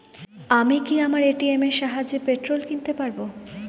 আমি কি আমার এ.টি.এম এর সাহায্যে পেট্রোল কিনতে পারব?